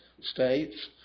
states